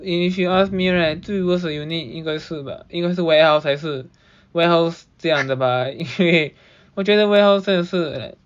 if you ask me right 最 worse 的 unit 因该是因该是 warehouse 还是 warehouse 这样的吧因为我就觉得 warehouse 是 like